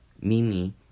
Mimi